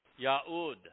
Yahud